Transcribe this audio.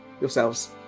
yourselves